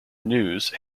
news